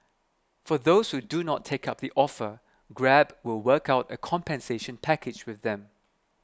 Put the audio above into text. for those who do not take up the offer Grab will work out a compensation package with them